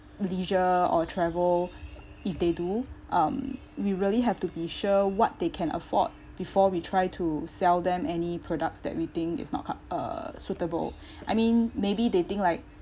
leisure or travel if they do um we really have to be sure what they can afford before we try to sell them any products that we think is not ki~ uh suitable I mean maybe they think like